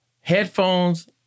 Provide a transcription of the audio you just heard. headphones